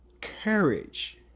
courage